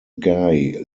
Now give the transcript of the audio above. guy